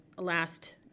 last